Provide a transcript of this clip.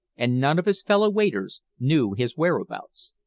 and none of his fellow-waiters knew his whereabouts.